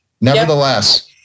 Nevertheless